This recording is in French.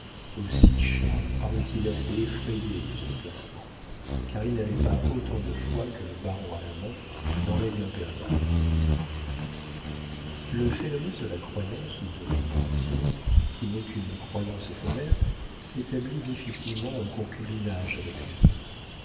aussi charles parut-il assez effrayé de ce placement car il n'avait pas autant de foi que le baron allemand dans l'aigle impériale le phénomène de la croyance ou de l'admiration qui n'est qu'une croyance éphémère s'établit difficilement en concubinage avec l'idole